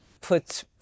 put